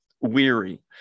weary